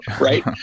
Right